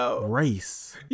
race